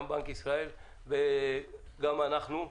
גם בנק ישראל וגם אנחנו.